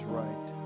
right